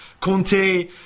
Conte